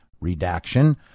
redaction